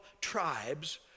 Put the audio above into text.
tribes